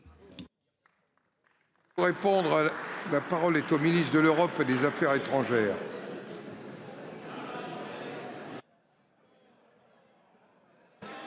La parole est à M. le ministre de l’Europe et des affaires étrangères.